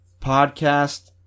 Podcast